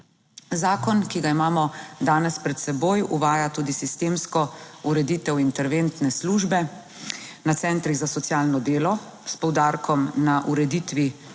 Zakon, ki ga imamo danes pred seboj, uvaja tudi sistemsko ureditev interventne službe na centrih za socialno delo s poudarkom na ureditvi